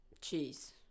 Cheese